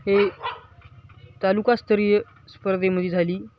हे तालुकास्तरीय स्पर्धेमध्ये झाली